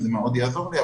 זה מאוד יעזור לי,